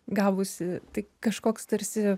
gavusi tai kažkoks tarsi